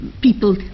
people